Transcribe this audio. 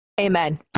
Amen